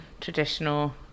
traditional